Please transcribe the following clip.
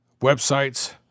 websites